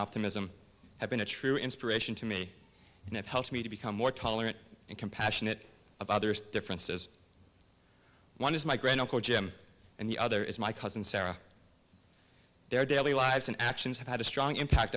optimism have been a true inspiration to me and it helps me to become more tolerant and compassionate of others differences one is my great uncle jim and the other is my cousin sarah their daily lives and actions have had a strong impact